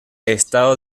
estado